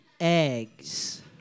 eggs